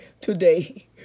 today